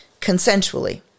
consensually